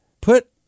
Put